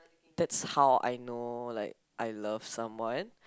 that's how I know like I love someone